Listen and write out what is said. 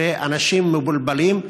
ואנשים מבולבלים.